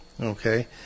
Okay